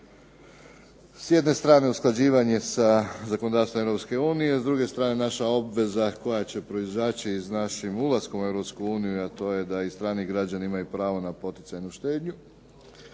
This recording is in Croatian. s jedne strane usklađivanje sa zakonodavstvom Europske unije, a s druge strane naša obveza koja će proizaći s našim ulaskom u Europsku uniju, a to je da i strani građani imaju pravo na poticajnu štednju